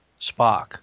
Spock